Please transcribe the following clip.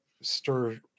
stir